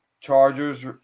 chargers